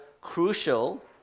crucial